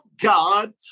God